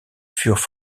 furent